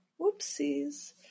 whoopsies